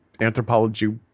anthropology